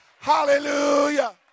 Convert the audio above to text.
Hallelujah